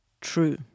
true